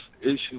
issues